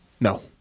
No